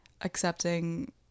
accepting